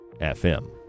FM